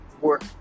Work